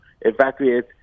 evacuate